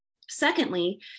Secondly